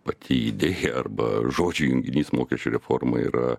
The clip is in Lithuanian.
pati idėja arba žodžių junginys mokesčių reforma yra